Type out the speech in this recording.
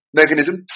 mechanism